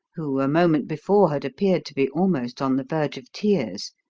who a moment before had appeared to be almost on the verge of tears,